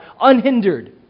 unhindered